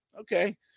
Okay